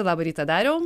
labą rytą dariau